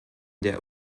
der